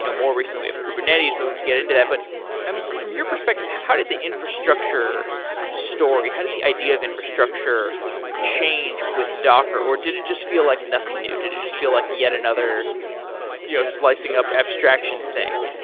more recently of kubernetes, but we'd get into that. but from your perspective, how did the infrastructure story, how did the idea of infrastructure changed with docker, or did it just feel like nothing new? did it just feel like yet another you know slicing up abstraction thing?